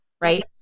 Right